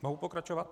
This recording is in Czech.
Mohu pokračovat?